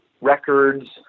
records